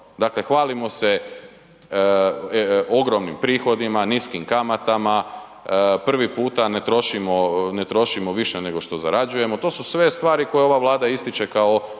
Dakle, hvalimo se ogromnim prihodima, niskim kamatama, prvi puta ne trošimo više nego što zarađujemo, to su sve stvari koje ova Vlada ističe kao